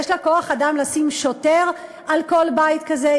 יש לה כוח-אדם לשים שוטר על כל בית כזה?